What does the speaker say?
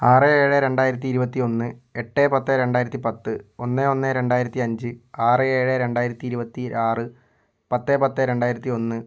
ആറ് ഏഴ് രണ്ടായിരത്തിയിരുപത്തിയൊന്ന് എട്ട് പത്ത് രണ്ടായിരത്തിപ്പത്ത് ഒന്ന് ഒന്ന് രണ്ടായിരത്തിയഞ്ച് ആറ് ഏഴ് രണ്ടായിരത്തിയിരുപത്തിയാറ് പത്ത് പത്ത് രണ്ടായിരത്തിയൊന്ന്